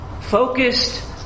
Focused